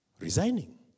resigning